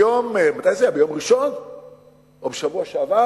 ביום ראשון או בשבוע שעבר,